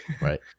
Right